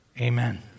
Amen